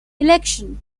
election